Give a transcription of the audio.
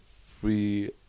free